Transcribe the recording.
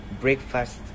breakfast